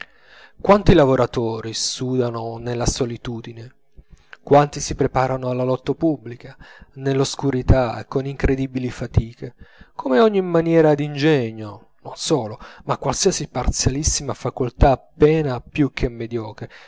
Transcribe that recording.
quanti lavoratori sudano nella solitudine quanti si preparano alla lotta pubblica nell'oscurità con incredibili fatiche come ogni maniera d'ingegno non solo ma qualsiasi parzialissima facoltà appena più che mediocre